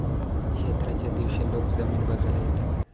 क्षेत्राच्या दिवशी लोक जमीन बघायला येतात